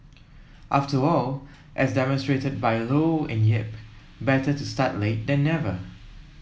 after all as demonstrated by Low and Yip better to start late then never